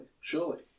surely